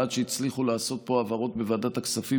עד שהצליחו לעשות פה העברות בוועדת הכספים